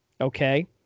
okay